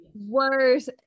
worst